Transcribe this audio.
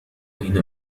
أين